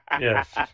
Yes